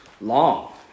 long